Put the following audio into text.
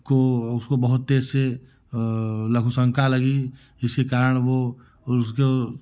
को उसको बहुत तेज से लघुशंका लगी इसी कारण वह उसको